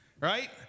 right